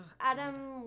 Adam